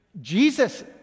Jesus